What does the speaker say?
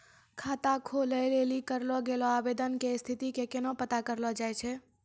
खाता खोलै लेली करलो गेलो आवेदन के स्थिति के केना पता करलो जाय छै?